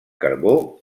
carbó